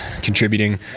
contributing